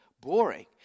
boring